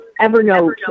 Evernote